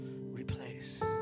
replace